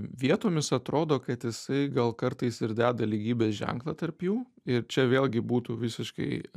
vietomis atrodo kad jisai gal kartais ir deda lygybės ženklą tarp jų ir čia vėlgi būtų visiškai